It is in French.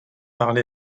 parlé